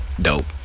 Dope